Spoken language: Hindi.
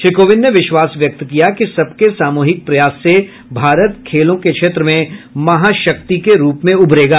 श्री कोविंद ने विश्वास व्यक्त किया कि सबके सामूहिक प्रयासों से भारत खेलों के क्षेत्र में महाशक्ति के रूप में उभरेगा